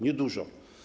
Niedużo.